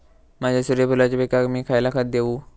माझ्या सूर्यफुलाच्या पिकाक मी खयला खत देवू?